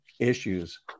Issues